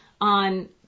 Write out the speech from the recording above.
on